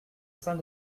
saint